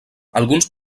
alguns